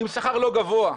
עם שכר לא גבוה,